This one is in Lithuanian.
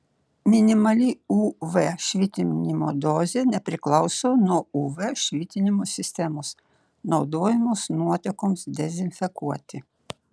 minimali uv švitinimo dozė nepriklauso nuo uv švitinimo sistemos naudojamos nuotekoms dezinfekuoti